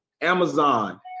Amazon